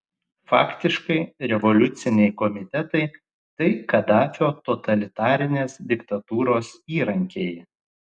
faktiškai revoliuciniai komitetai tai kadafio totalitarinės diktatūros įrankiai